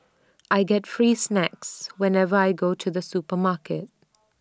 I get free snacks whenever I go to the supermarket